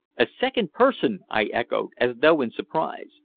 a second person! i echoed, as though in surprise.